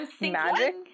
magic